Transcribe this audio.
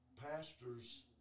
pastors